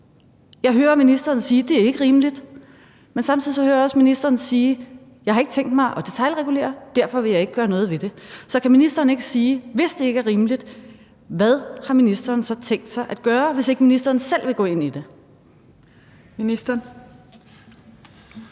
Jeg hører ministeren sige, at det ikke er rimeligt. Men samtidig hører jeg også ministeren sige: Jeg har ikke tænkt mig at detailregulere, derfor vil jeg ikke gøre noget ved det. Hvis det ikke er rimeligt, kan ministeren så ikke sige: Hvad har ministeren tænkt sig at gøre, hvis ikke ministeren selv vil gå ind i det? Kl.